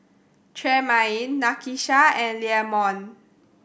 Tremaine Nakisha and Leamon